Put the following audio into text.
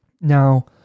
Now